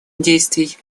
действий